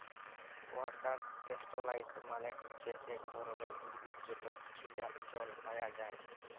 water chestnut মালে হচ্যে ইক ধরণের উদ্ভিদ যেটা চীলা জল পায়া যায়